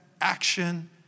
action